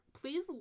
please